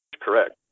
correct